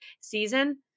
season